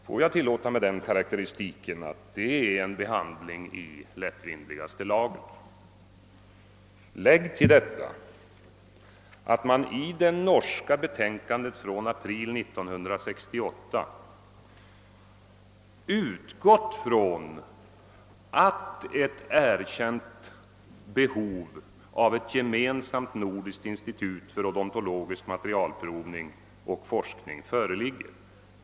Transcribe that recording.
Får jag tillåta mig den karakteristiken att detta är en behandling i lättvindigaste laget. Lägg därtill att det norska betänkandet från april 1968 utgått från att ett erkänt behov av ett gemensamt nordiskt institut för odontologisk materialprovning och forskning föreligger.